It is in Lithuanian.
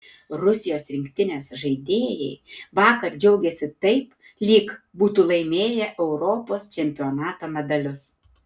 rusijos rinktinės žaidėjai vakar džiaugėsi taip lyg būtų laimėję europos čempionato medalius